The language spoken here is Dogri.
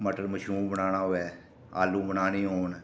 मटर मशरूम बनाना होऐ आलू बनाने होन